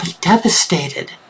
devastated